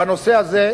בנושא הזה,